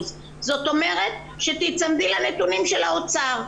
זאת אומרת שתיצמדי לנתונים של האוצר.